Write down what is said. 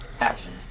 action